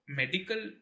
medical